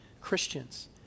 Christians